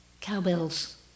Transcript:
Cowbell's